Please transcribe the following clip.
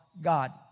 God